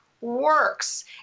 works